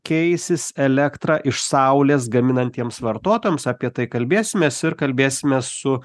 keisis elektrą iš saulės gaminantiems vartotojams apie tai kalbėsimės ir kalbėsimės su